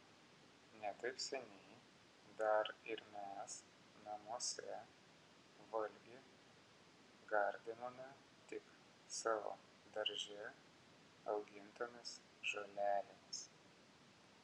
ne taip seniai dar ir mes namuose valgį gardinome tik savo darže augintomis žolelėmis